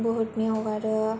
बहुतनि हगारो